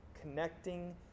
connecting